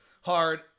hard